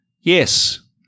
Yes